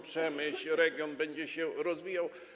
Przemyśl, region będzie się rozwijał.